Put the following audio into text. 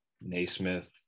Naismith